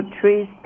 trees